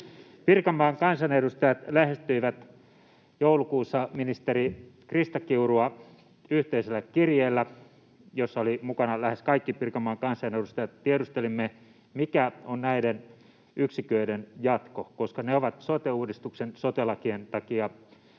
Pirkanmaan kansanedustajat lähestyivät joulukuussa ministeri Krista Kiurua yhteisellä kirjeellä, jossa olivat mukana lähes kaikki Pirkanmaan kansanedustajat. Tiedustelimme, mikä on näiden yksiköiden jatko, koska ne ovat sote-uudistuksen, sote-lakien takia